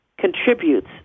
contributes